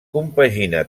compaginà